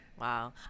wow